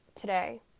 today